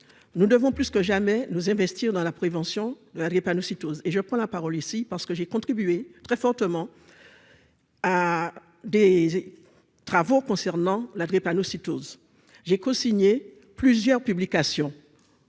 nous devons plus que jamais nous investir dans la prévention de la drépanocytose et je prends la parole ici parce que j'ai contribué très fortement à des travaux concernant la drépanocytose j'ai cosigné plusieurs publications.